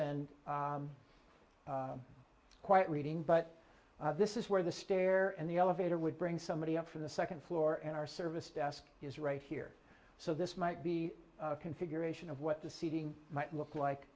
and quite reading but this is where the stair and the elevator would bring somebody up from the second floor and our service desk is right here so this might be configuration of what the seating might look like